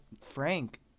Frank